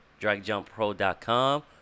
dragjumppro.com